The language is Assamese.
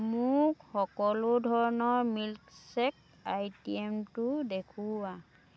মোক সকলো ধৰণৰ মিল্কশ্বেক আইটে'মটো দেখুওৱা